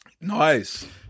Nice